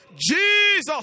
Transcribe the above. Jesus